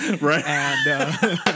Right